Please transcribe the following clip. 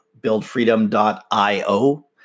buildfreedom.io